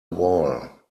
wall